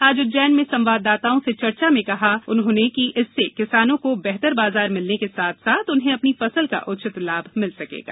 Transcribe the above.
आज उज्जैन में संवाददाताओं से चर्चा में कहा कि इससे किसानों को बेहतर बाजार मिलने के साथ साथ उन्हें अपनी फसल का उचित लाभ मिल सकेगा